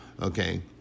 Okay